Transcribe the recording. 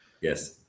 Yes